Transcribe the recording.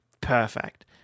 Perfect